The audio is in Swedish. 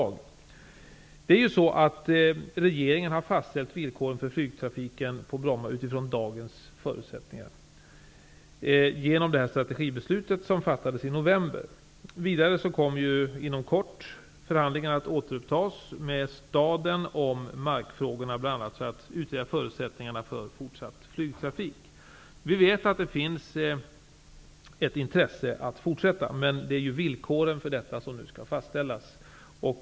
Regeringen har genom det strategibeslut som fattades i november fastställt villkoren för flygtrafiken på Bromma utifrån dagens förutsättningar. Vidare kommer inom kort förhandlingar om markfrågorna att återupptas med staden, bl.a. för att utreda förutsättningarna för fortsatt flygtrafik. Vi vet att det finns intresse att fortsätta, men villkoren därför skall nu fastställas.